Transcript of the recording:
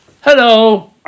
hello